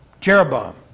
Jeroboam